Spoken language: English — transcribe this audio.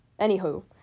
anywho